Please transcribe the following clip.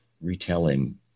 retelling